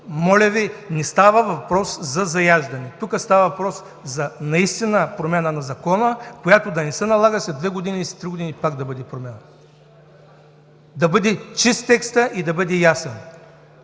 четене. Не става въпрос за заяждане. Тук става въпрос за промяна на Закона, която да не се налага след 2-3 години пак да бъде променяна. Да бъде чист текстът, да бъде ясен